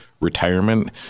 retirement